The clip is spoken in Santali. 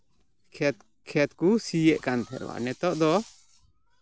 ᱠᱷᱮᱛ ᱠᱷᱮᱛ ᱠᱚ ᱥᱤᱭᱮᱫ ᱠᱟᱱ ᱛᱟᱦᱮᱸᱫᱼᱟ ᱱᱤᱛᱚᱜ ᱫᱚ